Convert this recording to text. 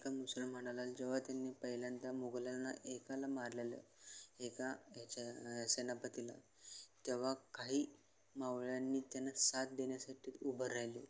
एका मुसलमानाला जेव्हा त्यांनी पहिल्यांदा मोगलांना एकाला मारलेलं एका याच्या ह्या सेनापतीला तेव्हा काही मावळ्यांनी त्यांना साथ देन्यासाटी उभं राहिले